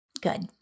Good